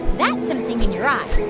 that's something in your eye.